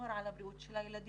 לשמור על הבריאות של הילדים